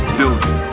building